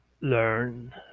learn